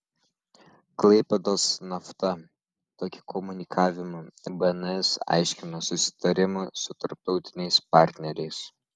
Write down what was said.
klaipėdos nafta tokį komunikavimą bns aiškino susitarimu su tarptautiniais partneriais